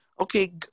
Okay